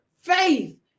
faith